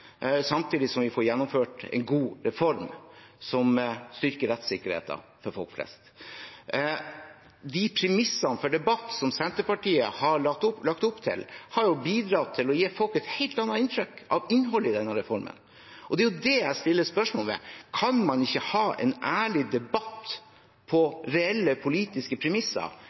samtidig som vi får gjennomført en god reform som styrker rettssikkerheten for folk flest. Premissene for debatten som Senterpartiet har lagt opp til, har bidratt til å gi folk et helt annet inntrykk av innholdet i denne reformen. Det er det jeg stiller spørsmål ved. Kan man ikke ha en ærlig debatt på reelle politiske premisser